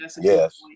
Yes